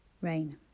rain